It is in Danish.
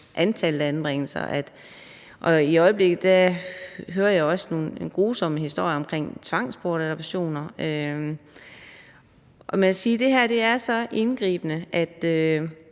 antallet af anbringelser. I øjeblikket hører jeg også nogle grusomme historier om tvangsbortadoptioner. Jeg vil sige, at det her er så indgribende.